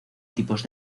tipos